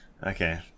Okay